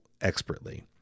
expertly